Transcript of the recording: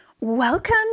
Welcome